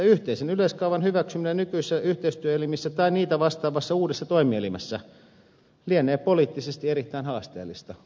yhteisen yleiskaavan hyväksyminen nykyisissä yhteistyöelimissä tai niitä vastaavassa uudessa toimielimessä lienee poliittisesti erittäin haasteellista